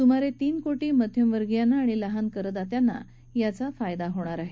सुमारे तीन कोटी मध्यमवर्गीयांना आणि लहान करदात्यांना याचा फायदा होणार आहे